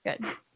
Good